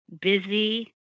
busy